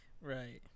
Right